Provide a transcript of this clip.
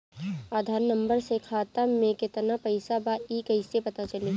आधार number से खाता में केतना पईसा बा ई क्ईसे पता चलि?